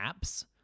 apps